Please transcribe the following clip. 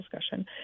discussion